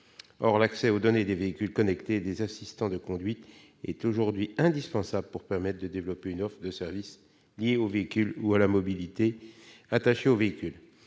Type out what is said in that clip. Or l'accès aux données des véhicules connectés et des assistants de conduite est aujourd'hui indispensable pour permettre de développer une offre de services liés au véhicule ou à la mobilité attachée au véhicule.